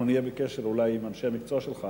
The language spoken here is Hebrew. אנחנו נהיה בקשר אולי עם אנשי המקצוע שלך,